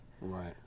right